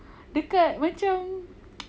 dekat macam